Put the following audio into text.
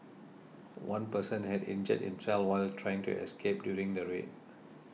one person had injured himself while trying to escape during the raid